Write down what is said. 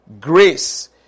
grace